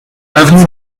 avenue